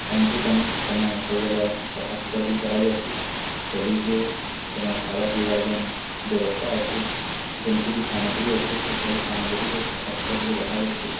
time to time ସେନ ସବୁବେଲେ ସଫାସୁତର୍ ଭିଲ୍ କରାଯାଏସି ଟେବୁଲ୍କେ ସେନ ଖାଇବାର୍ ପିଇବାର୍ ଯେନ୍ ବ୍ୟବସ୍ଥା ଅଛେ ଯେନ୍ସି ଭିଲ୍ ସାମଗ୍ରୀ ଅଛେ ସେ ସବୁ ସାମଗ୍ରୀକେ ସଫାସୁତର୍ କରି ରଖାଯାଏସି